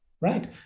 right